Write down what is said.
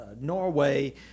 Norway